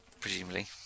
presumably